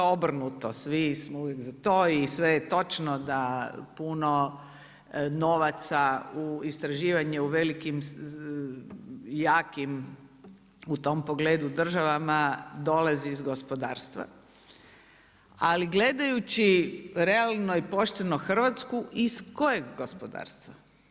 Obrnuto, svi smo uvijek za to i sve je točno da puno novaca u istraživanje u velikim i jakim u tom pogledu državama dolazi iz gospodarstva ali gledajući realno i pošteno Hrvatsku iz kojeg gospodarstva.